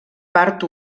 part